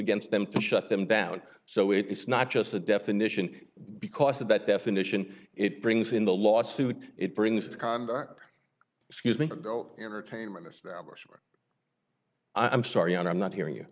against them to shut them down so it is not just a definition because of that definition it brings in the lawsuit it brings to conduct excuse me entertainment establishment i'm sorry i'm not hearing y